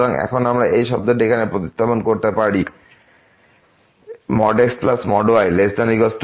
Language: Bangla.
সুতরাং এখন আমরা এই শব্দটি এখানে প্রতিস্থাপন করতে পারি xy2x2y2